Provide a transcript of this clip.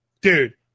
Dude